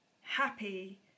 happy